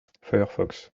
firefox